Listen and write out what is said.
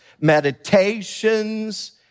meditations